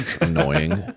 annoying